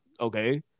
okay